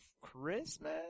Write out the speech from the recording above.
Christmas